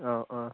অঁ অঁ